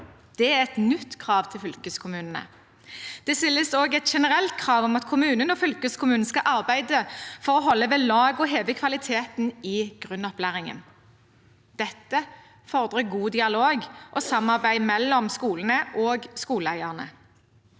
Det er et nytt krav til fylkeskommunene. Det stilles også et generelt krav om at kommunene og fylkeskommunene skal arbeide for å holde ved lag og heve kvaliteten i grunnopplæringen. Dette fordrer god dialog og samarbeid mellom skolene og skoleeierne.